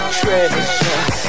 treasure